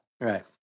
Right